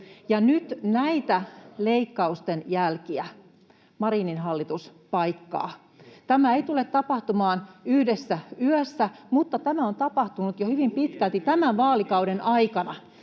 ja näitä leikkausten jälkiä Marinin hallitus nyt paikkaa. Tämä ei tule tapahtumaan yhdessä yössä, mutta tätä on jo hyvin pitkälti tapahtunut tämän vaalikauden aikana.